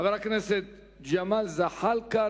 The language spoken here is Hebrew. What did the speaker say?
חבר הכנסת ג'מאל זחאלקה,